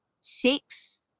six